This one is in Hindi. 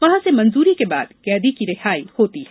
वहां से मंजूरी के बाद कैदी की रिहाई होती है